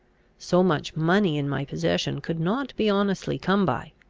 so much money in my possession could not be honestly come by.